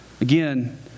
Again